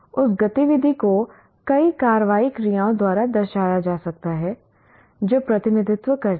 उस गतिविधि को कई कार्रवाई क्रियाओं द्वारा दर्शाया जा सकता है जो प्रतिनिधित्व करते हैं